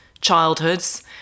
childhoods